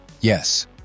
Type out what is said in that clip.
Yes